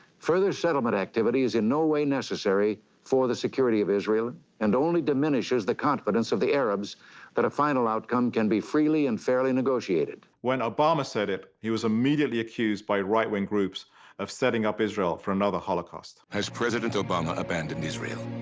further settlement activity is in no way necessary for the security of israel, and only diminishes the confidence of the arabs that a final outcome can be freely and fairly negotiated. when obama said it, he was immediately accused by right-wing groups of setting up israel for another holocaust. has president obama abandoned israel?